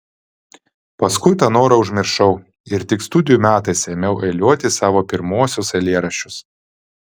paskui tą norą užmiršau ir tik studijų metais ėmiau eiliuoti savo pirmuosius eilėraščius